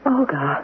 Olga